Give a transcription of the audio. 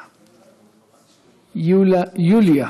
יוליה,